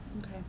Okay